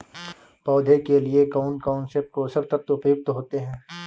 पौधे के लिए कौन कौन से पोषक तत्व उपयुक्त होते हैं?